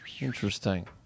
Interesting